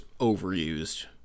overused